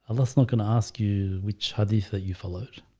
ah that's not gonna ask you which hadith a you followed?